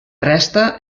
resta